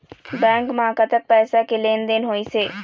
Bank म कतक पैसा के लेन देन होइस हे?